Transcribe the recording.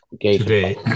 today